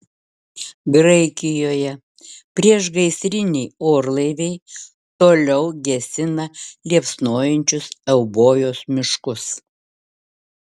graikijoje priešgaisriniai orlaiviai toliau gesina liepsnojančius eubojos miškus